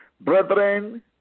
Brethren